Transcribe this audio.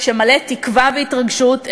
שהוא מלא תקווה והתרגשות,